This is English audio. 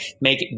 make